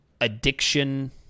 addiction